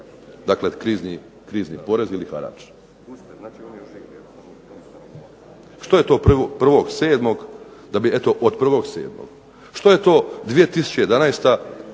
Dakle, krizni porez ili harač. Što je to 01.07. da bi eto od